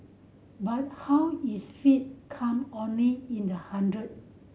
but how is fee come only in the hundred